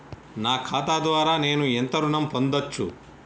నా ఖాతా ద్వారా నేను ఎంత ఋణం పొందచ్చు?